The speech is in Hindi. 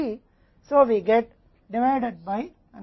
T द्वारा इसे विभाजित किया जाता है